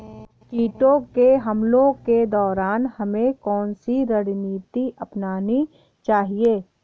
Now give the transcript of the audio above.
कीटों के हमलों के दौरान हमें कौन सी रणनीति अपनानी चाहिए?